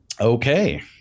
Okay